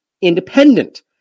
independent